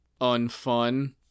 unfun